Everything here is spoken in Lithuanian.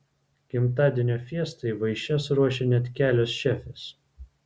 gimtadienio fiestai vaišes ruošė net kelios šefės